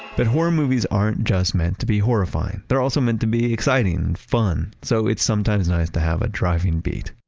but horror movies aren't just meant to be horrifying. they're also meant to exciting and fun, so it's sometimes nice to have a driving beat.